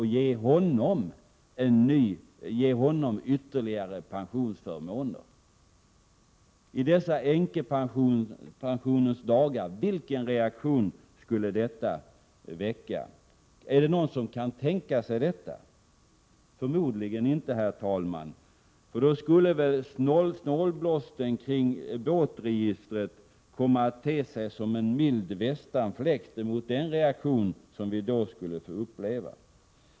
1987/88:109 och ge honom ytterligare pensionsförmåner? Vilken reaktion skulle detta väcka i dessa dagar, då det talas så mycket om änkepensioner? Kan någon tänka sig detta? Förmodligen inte, för då skulle väl snålblåsten kring båtregistret komma att te sig som en mild västanfläkt jämförd med den reaktion som vi skulle få uppleva.